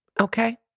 Okay